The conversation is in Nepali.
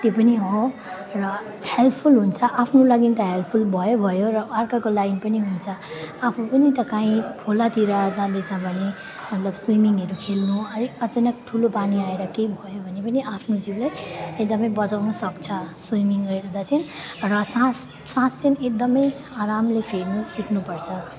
त्यो पनि हो र हेल्पफुल हुन्छ आफ्नो लागि त हेल्पफुल भयो भयो र अर्काको लागि पनि हुन्छ आफू पनि त काहीँ खोलातिर जाँदैछ भने मतलब स्विमिङहरू खेल्नु अलि अचानक ठुलो पानी आएर केही भयो भने पनि आफ्नो जिउलाई एकदमै बचाउन सक्छ स्विमिङले गर्दा चाहिँ र सास सास चाहिँ एकदमै आरामले फेर्न सिक्नुपर्छ